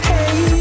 Hey